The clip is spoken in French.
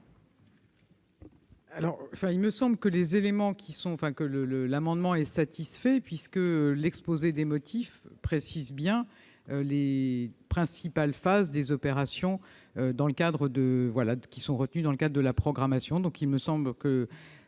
Gouvernement ? Cet amendement me paraît satisfait, puisque l'exposé des motifs précise bien les principales phases des opérations retenues dans le cadre de la programmation.